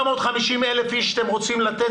ל-450,000 איש אתם רוצים לתת,